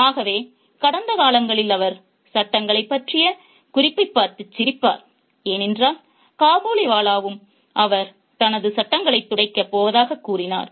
ஆகவே கடந்த காலங்களில் அவர் சட்டங்களைப் பற்றிய குறிப்பைப் பார்த்து சிரிப்பார் ஏனென்றால் காபூலிவாலாவும் அவர் தனது சட்டங்களைத் துடைக்கப் போவதாகக் கூறினார்